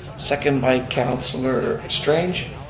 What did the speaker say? second by councillor strange.